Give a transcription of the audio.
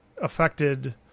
affected